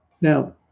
Now